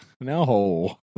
No